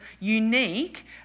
unique